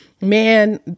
man